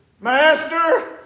Master